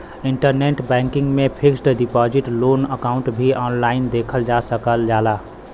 internet banking में fixed deposit loan account भी online देखल जा सकल जाला